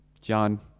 John